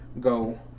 go